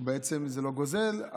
זה לא גוזל,